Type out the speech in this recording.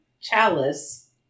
Chalice